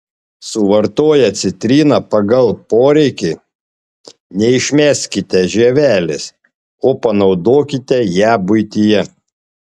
suvartoję citriną pagal poreikį neišmeskite žievelės o panaudokite ją buityje